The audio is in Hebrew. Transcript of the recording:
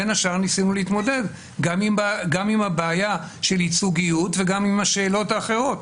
בין השאר ניסינו להתמודד גם עם הבעיה של ייצוגיות וגם עם השאלות האחרות.